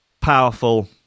powerful